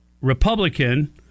Republican